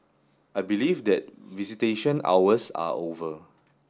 I believe that visitation hours are over